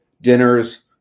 dinners